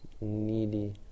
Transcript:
needy